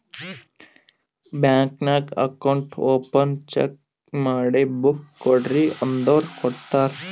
bank ನಾಗ್ account open cheque ಮಾಡಿ book ಕೊಡ್ರಿ ಅಂದುರ್ ಕೊಡ್ತಾರ್